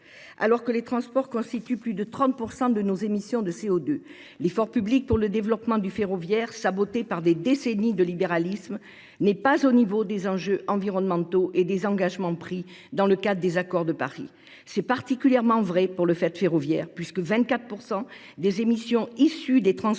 alors que les transports constituent plus de 30% de nos émissions de CO2. L'effort public pour le développement du ferroviaire, saboté par des décennies de libéralisme, n'est pas au niveau des enjeux environnementaux et des engagements pris dans le cadre des accords de Paris. C'est particulièrement vrai pour le fait ferroviaire, puisque 24% des émissions issues des transports